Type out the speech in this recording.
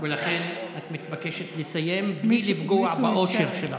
לכן, את מתבקשת לסיים בלי לפגוע באושר שלך.